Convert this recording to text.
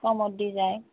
কমত দি যায়